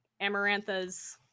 Amarantha's